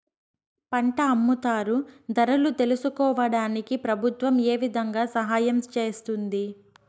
పంట అమ్ముతారు ధరలు తెలుసుకోవడానికి ప్రభుత్వం ఏ విధంగా సహాయం చేస్తుంది?